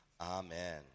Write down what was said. Amen